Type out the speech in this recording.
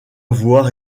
avoir